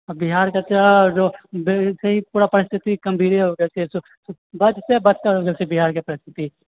आओर बिहारके तऽ आरो वैसे ही पूरा परिस्थिति गम्भीरे हो गेल छै बद सँ बदतर हो गेल छै बिहारके परिस्थिति